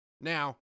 Now